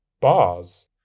Bars